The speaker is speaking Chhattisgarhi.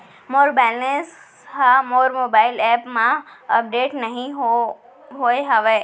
मोर बैलन्स हा मोर मोबाईल एप मा अपडेट नहीं होय हवे